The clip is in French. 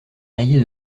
rayée